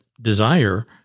desire